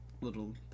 little